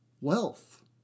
wealth